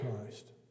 Christ